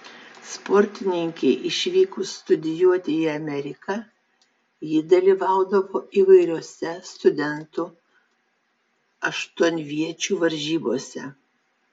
sportininkei išvykus studijuoti į ameriką ji dalyvaudavo įvairiose studentų aštuonviečių varžybose